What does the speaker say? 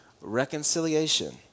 reconciliation